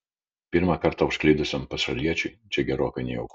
pirmą kartą užklydusiam pašaliečiui čia gerokai nejauku